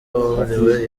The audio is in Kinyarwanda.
waburiwe